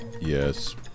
yes